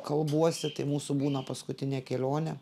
kalbuosi tai mūsų būna paskutinė kelionė